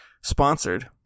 sponsored